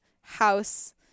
house